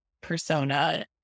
persona